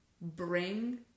bring